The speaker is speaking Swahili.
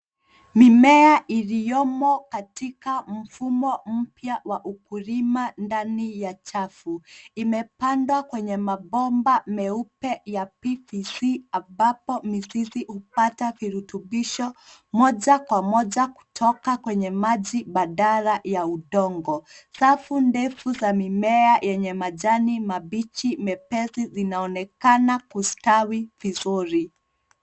Mimea iliyomo katika mfumo mpya wa ukulima ndani ya chafu imepandwa kwa mabomba meupe ya PVC ambapo mizizi hupata virutubisho moja kwa moja kutoka kwenye maji badala ya udongo. Safu ndefu za mimea yenye majani mabichi mepesi ya kijani inaonekana kustawi vizuri.